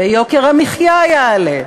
ויוקר המחיה יעלה,